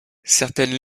certaines